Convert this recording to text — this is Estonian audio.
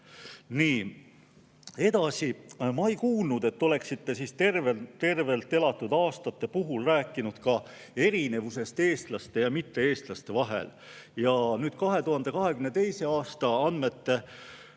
Nii, edasi. Ma ei kuulnud, et te oleksite tervelt elatud aastate puhul rääkinud erinevusest eestlaste ja mitte-eestlaste vahel. 2022. aasta andmete